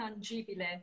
tangibile